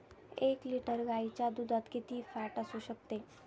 एक लिटर गाईच्या दुधात किती फॅट असू शकते?